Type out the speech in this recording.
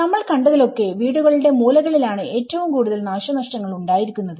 നമ്മൾ കണ്ടതിലൊക്കെ വീടുകളുടെ മൂലകളിൽ ആണ് ഏറ്റവും കൂടുതൽ നാശനഷ്ടങ്ങൾ ഉണ്ടായിരിക്കുന്നത്